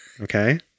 Okay